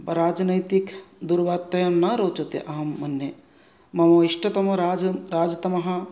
राजनैतिक् दूरवार्ता न रोचते अहं मन्ये मम इष्टतमः राजतमः